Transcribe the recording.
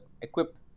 equipped